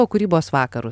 o kūrybos vakarus